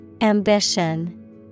Ambition